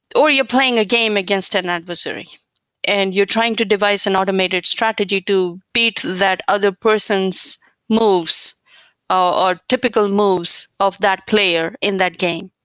or you're playing a game against an adversary and you're trying to device an automated strategy to beat that other person's moves or typical moves of that player in that game.